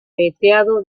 veteado